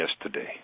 yesterday